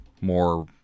more